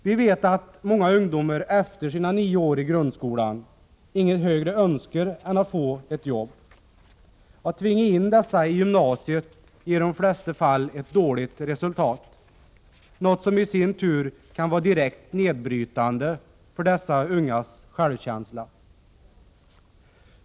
Vi vet att många ungdomar efter sina nio år i grundskolan inget högre önskar än att få ett jobb. Att tvinga in dessa ungdomar i gymnasiet ger i de flesta fall ett dåligt resultat, något som i sin tur kan vara direkt nedbrytande för de ungas självkänsla.